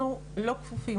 אנחנו לא כפופים,